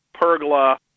pergola